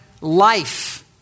life